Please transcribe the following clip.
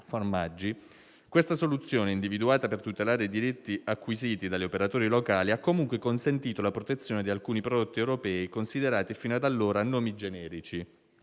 formaggi), questa soluzione, individuata per tutelare i diritti acquisiti dagli operatori locali, ha comunque consentito la protezione di alcuni prodotti europei considerati fino ad allora «nomi generici»,